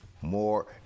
more